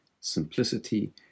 simplicity